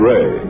Ray